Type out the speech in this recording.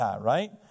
right